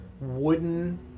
wooden